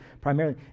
primarily